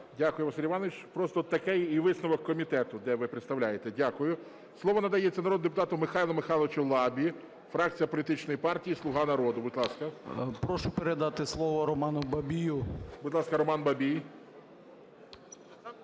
Дякую, Василь Іванович. Просто такий і висновок комітет, де ви представляєте. Дякую. Слово надається народному депутату Михайлу Михайловичу Лабі, фракція політичної партії "Слуга народу". Будь ласка. 17:08:49 ЛАБА М.М. Прошу передати слово Роману Бабію. ГОЛОВУЮЧИЙ. Будь ласка, Роман Бабій.